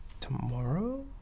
Tomorrow